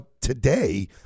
today